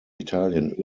italien